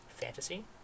fantasy